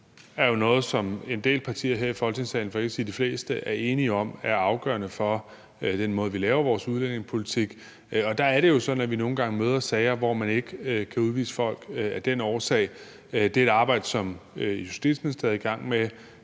er jo noget, som en del partier her i Folketingssalen, for ikke at sige de fleste, er enige om er afgørende for den måde, som vi laver vores udlændingepolitik på. Og der er det jo sådan, at vi nogle gange møder sager, hvor man ikke kan udvise folk af den årsag. Det er et arbejde, som Justitsministeriet er i gang med,